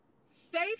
safe